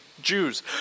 Jews